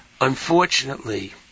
unfortunately